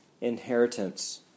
inheritance